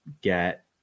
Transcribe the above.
get